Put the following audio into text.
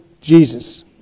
Jesus